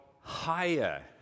higher